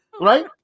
Right